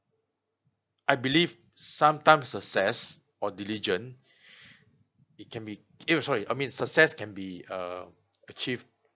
I believe sometimes success or diligent it can be eh sorry I mean success can be uh achieved